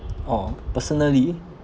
oh personally